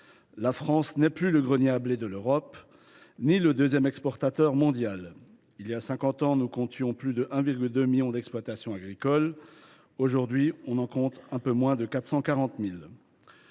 La France n’est plus ni le grenier à blé de l’Europe ni le deuxième exportateur mondial… Il y a cinquante ans, nous comptions plus de 1,2 million d’exploitations agricoles ; il y en a aujourd’hui un peu moins de 440 000.